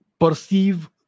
perceive